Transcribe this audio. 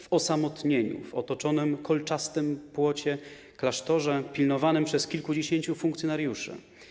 W osamotnieniu, w otoczonym kolczastym płotem klasztorze, pilnowanym przez kilkudziesięciu funkcjonariuszy.